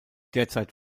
derzeit